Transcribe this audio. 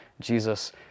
Jesus